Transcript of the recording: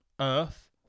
Earth